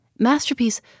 Masterpiece